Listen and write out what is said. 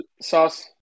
sauce